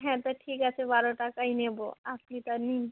হ্যাঁ তা ঠিক আছে বারো টাকাই নেব আপনি তা নিন